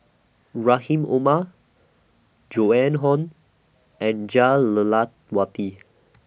Rahim Omar Joan Hon and Jah Lelawati